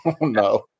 No